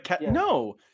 No